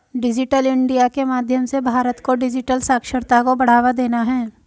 digital India के माध्यम से भारत को डिजिटल साक्षरता को बढ़ावा देना है